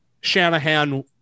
Shanahan